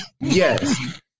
Yes